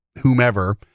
whomever